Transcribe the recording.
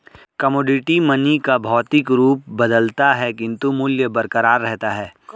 commodity money का भौतिक रूप बदलता है किंतु मूल्य बरकरार रहता है